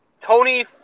Tony